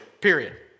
period